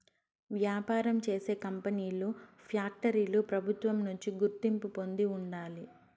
వ్యాపారం చేసే కంపెనీలు ఫ్యాక్టరీలు ప్రభుత్వం నుంచి గుర్తింపు పొంది ఉండాలి